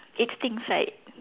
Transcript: it stinks right